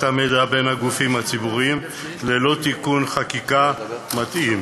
מידע בין גופים ציבוריים ללא תיקון חקיקה מתאים,